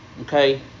Okay